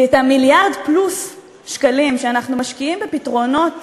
כי את המיליארד-פלוס שקלים שאנחנו משקיעים בפתרונות